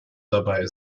dabei